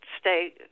stay